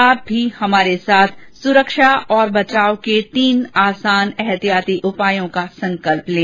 आप भी हमारे साथ सुरक्षा और बचाव के तीन आसान एहतियाती उपायों का संकल्प लें